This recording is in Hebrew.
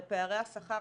לפערי השכר,